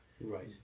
Right